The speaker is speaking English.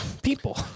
people